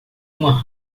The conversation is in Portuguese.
uma